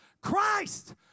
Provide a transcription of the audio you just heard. Christ